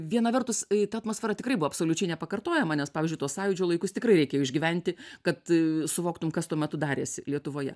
viena vertus ta atmosfera tikrai buvo absoliučiai nepakartojama nes pavyzdžiui tuos sąjūdžio laikus tikrai reikėjo išgyventi kad suvoktum kas tuo metu darėsi lietuvoje